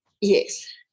Yes